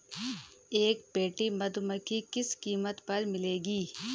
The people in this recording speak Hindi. एक पेटी मधुमक्खी किस कीमत पर मिलेगी?